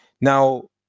Now